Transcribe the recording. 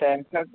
तहन फेर